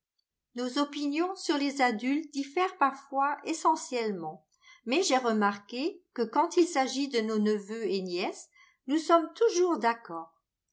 nos opinions sur les adultes diffèrent parfois essentiellement mais j'ai remarqué que quand il s'agit de nos neveux et nièces nous sommes toujours d'accord